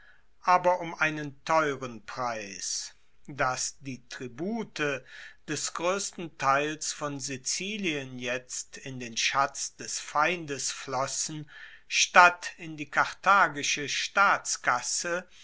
aber um einen teuren preis dass die tribute des groessten teils von sizilien jetzt in den schatz des feindes flossen statt in die karthagische staatskasse